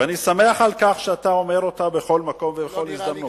ואני שמח על כך שאתה אומר אותה בכל מקום ובכל הזדמנות.